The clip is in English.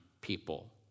people